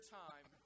time